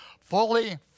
fully